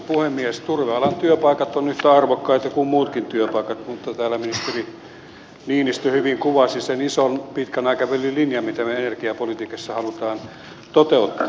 turvealan työpaikat ovat yhtä arvokkaita kuin muutkin työpaikat mutta täällä ministeri niinistö hyvin kuvasi sen pitkän aikavälin ison linjan mitä me energiapolitiikassa haluamme toteuttaa